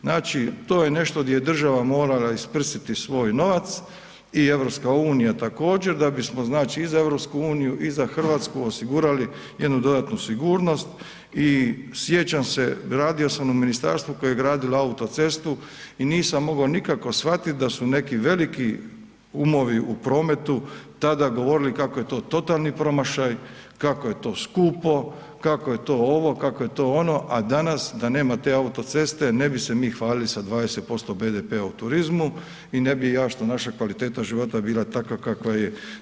Znači to je nešto gdje država mora isprsiti svoj novac i EU također da bi znači i za EU i za Hrvatsku osigurali jednu dodatnu sigurnost i sjećam se, radio sam u ministarstvu koje je gradilo autocestu i nisam mogao nikako shvatiti da su neki veliki umovi u prometu tada govorili kako je to totalni promašaj, kako je to skupo, kako je to ovo, kako je to ono, a danas da nema te autoceste, ne bi se mi hvalili sa 20% BDP-a u turizmu i ne bi ja što naša kvaliteta života je bila takva kakva je.